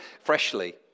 freshly